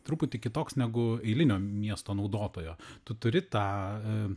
truputį kitoks negu eilinio miesto naudotojo tu turi tą